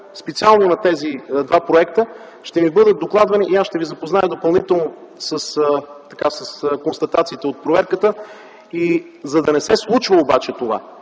специално на тези два проекта. Ще ми бъде докладвано и аз ще Ви запозная допълнително с констатациите от проверката. За да не се случва обаче това